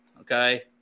Okay